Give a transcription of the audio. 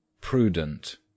prudent